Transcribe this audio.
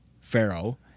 Pharaoh